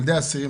ילדי האסירים,